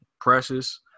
Precious